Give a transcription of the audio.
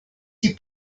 die